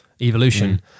Evolution